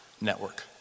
network